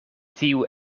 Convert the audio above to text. tiu